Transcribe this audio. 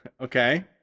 Okay